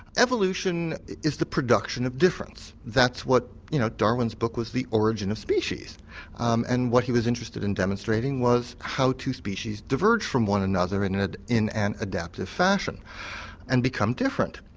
evolution is the production of difference that's what you know darwin's book was the origin of species um and what he was interested in demonstrating was how two species diverge from one another in ah in an adaptive fashion and become different.